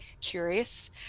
curious